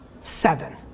Seven